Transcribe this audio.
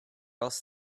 else